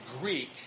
Greek